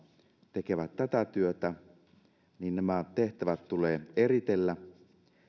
tekevät tätä välitöntä asiakastyötä niin nämä tehtävät tulee eritellä